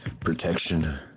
protection